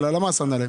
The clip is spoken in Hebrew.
אבל הלמ"ס ענה להם